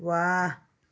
वहा